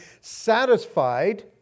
satisfied